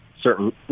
certain